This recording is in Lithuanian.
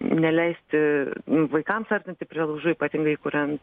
neleisti vaikams artinti prie laužų ypatingai kuriant